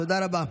תודה רבה.